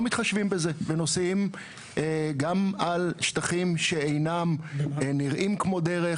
מתחשבים בזה ונוסעים גם בשטחים שאינם נראים כמו דרך,